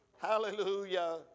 hallelujah